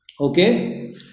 Okay